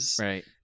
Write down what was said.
Right